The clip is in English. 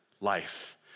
life